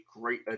great